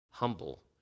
humble